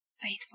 Faithful